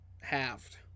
halved